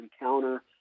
encounter